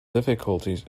difficulties